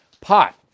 Pot